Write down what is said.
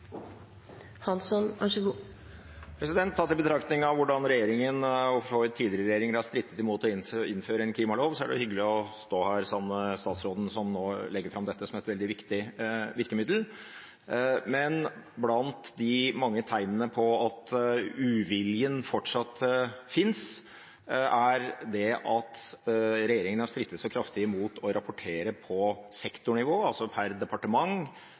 Tatt i betraktning hvordan regjeringen og for så vidt tidligere regjeringer har strittet imot å innføre en klimalov, må det være hyggelig å stå her som den statsråden som legger fram dette som et veldig viktig virkemiddel. Blant de mange tegnene på at uviljen fortsatt finnes, er det at regjeringen har strittet så kraftig imot å rapportere på sektornivå, altså per departement,